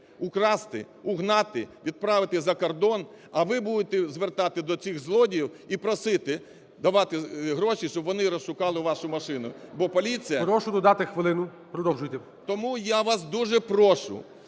украсти, угнати, відправити за кордон, а ви будете звертатися до цих злодіїв і просити давати гроші, щоб вони розшукали вашу машину, бо поліція… ГОЛОВУЮЧИЙ. Прошу додати хвилину, продовжуйте. КОРОЛЬ В.М. Тому я вас дуже прошу,